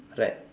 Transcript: right